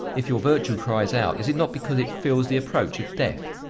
if your virtue cries out, is it not because it feels the approach of death?